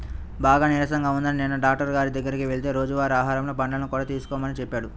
బాగా నీరసంగా ఉందని నిన్న డాక్టరు గారి దగ్గరికి వెళ్తే రోజువారీ ఆహారంలో పండ్లను కూడా తీసుకోమని చెప్పాడు